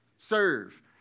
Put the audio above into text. Serve